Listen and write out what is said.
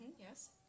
yes